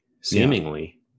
seemingly